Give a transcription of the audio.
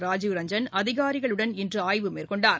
ராஜீவ் ரஞ்சன் அதிகாரிகளுடன் இன்று ஆய்வு மேற்கொண்டார்